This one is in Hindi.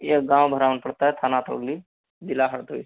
ये गाँव भरावन पड़ता है थाना अतरौली जिला हरदोई